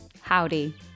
Howdy